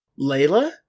Layla